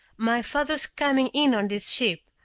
my father's coming in on this ship.